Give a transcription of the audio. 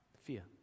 Fear